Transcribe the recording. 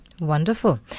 Wonderful